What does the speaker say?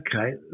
Okay